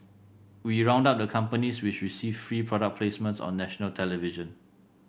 we round up the companies which received free product placements on national television